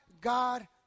God